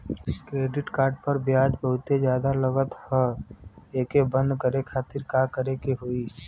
Credit card पर ब्याज बहुते ज्यादा लगत ह एके बंद करे खातिर का करे के होई?